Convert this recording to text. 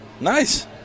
Nice